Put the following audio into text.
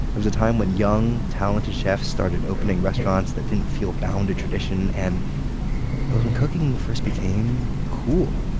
it was a time when young, talented chefs started opening restaurants that didn't feel bound to tradition. and it was when cooking first became cool,